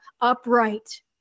upright